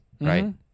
right